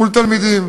מול תלמידים,